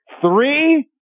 three